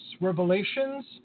Revelations